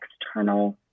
external